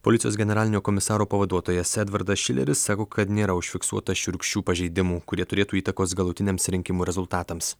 policijos generalinio komisaro pavaduotojas edvardas šileris sako kad nėra užfiksuota šiurkščių pažeidimų kurie turėtų įtakos galutiniams rinkimų rezultatams